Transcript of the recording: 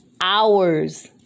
hours